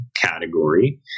category